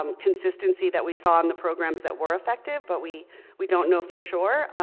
um consistency that we saw in the programs that were effective, but we we don't know for sure.